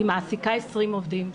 היא מעסיקה 20 עובדים.